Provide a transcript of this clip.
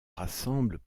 rassemblent